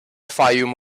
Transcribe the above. fayoum